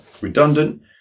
redundant